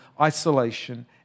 isolation